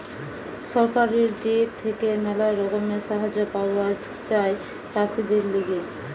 সরকারের দিক থেকে ম্যালা রকমের সাহায্য পাওয়া যায় চাষীদের লিগে